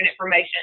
information